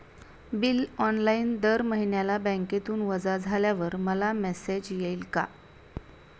Bill online दर महिन्याला बँकेतून वजा झाल्यावर मला मेसेज येईल का?